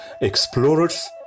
Explorers